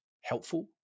helpful